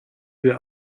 wir